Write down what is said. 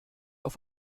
auf